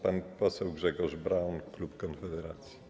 Pan poseł Grzegorz Braun, klub Konfederacji.